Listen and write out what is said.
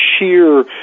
sheer